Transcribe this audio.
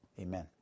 Amen